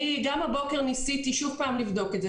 אני גם הבוקר ניסיתי שוב פעם לבדוק את זה,